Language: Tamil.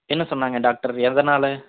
என்ன சொன்னாங்க டாக்டர் எதனால்